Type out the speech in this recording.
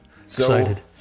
excited